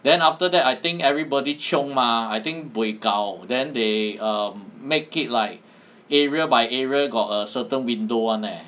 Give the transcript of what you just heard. then after that I think everybody chiong mah I think buay gao then they um make it like area by area got a certain window [one] leh